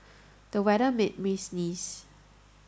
the weather made me sneeze